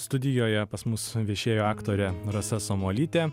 studijoje pas mus viešėjo aktorė rasa samuolytė